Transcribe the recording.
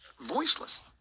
Voiceless